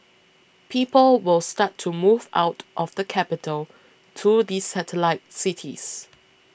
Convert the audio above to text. people will start to move out of the capital to the satellite cities